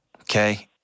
Okay